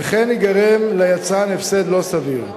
וכך ייגרם ליצרן הפסד לא סביר.